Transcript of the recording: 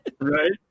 right